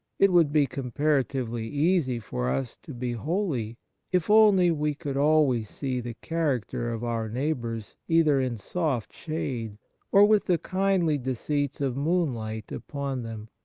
it would be comparatively easy for us to be holy if only we could always see the character of our neighbours either in soft shade or with the kindly deceits of moonlight upon them.